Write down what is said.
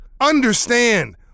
understand